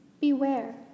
beware